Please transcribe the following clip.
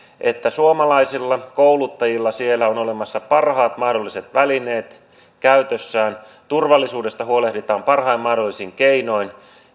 että suomalaisilla kouluttajilla siellä on olemassa parhaat mahdolliset välineet käytössään turvallisuudesta huolehditaan parhain mahdollisin keinoin